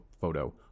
photo